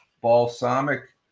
Balsamic